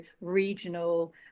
regional